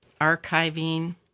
archiving